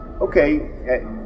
Okay